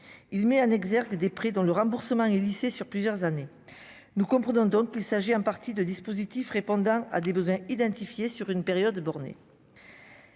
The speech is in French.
il met en exergue des prix dans le remboursement est lissée sur plusieurs années, nous comprenons donc il s'agit, hein, partie de dispositifs répondant à des besoins identifiés sur une période de borné